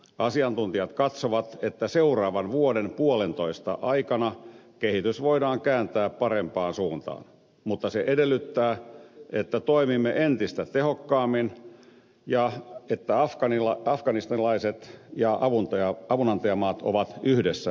asiantuntijat katsovat että seuraavan vuoden puolentoista aikana kehitys voidaan kääntää parempaan suuntaan mutta se edellyttää että toimimme entistä tehokkaammin ja että afganistanilaiset ja avunantajamaat on yhdessä tässä toiminnassa